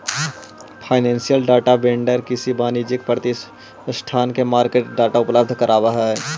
financial data vendor किसी वाणिज्यिक प्रतिष्ठान के मार्केट डाटा उपलब्ध करावऽ हइ